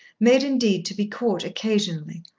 made indeed to be caught occasionally,